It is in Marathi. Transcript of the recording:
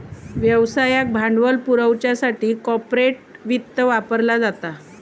व्यवसायाक भांडवल पुरवच्यासाठी कॉर्पोरेट वित्त वापरला जाता